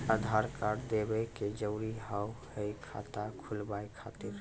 आधार कार्ड देवे के जरूरी हाव हई खाता खुलाए खातिर?